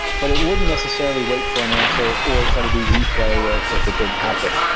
but it wouldn't necessarily wait for an answer, or try to do replay ah if it didn't happen.